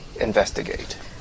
investigate